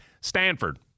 Stanford